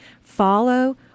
Follow